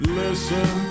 listen